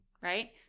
right